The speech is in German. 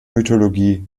mythologie